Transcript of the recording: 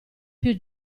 più